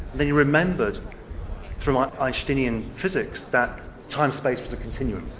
and he remembered through einsteinian physics, that time-space was a continuum.